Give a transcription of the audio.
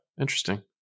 Interesting